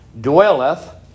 dwelleth